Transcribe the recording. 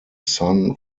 son